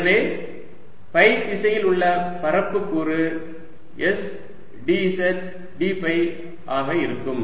எனவே ஃபை திசையில் உள்ள பரப்பு கூறு s dz d ஃபை ஆக இருக்கும்